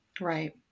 Right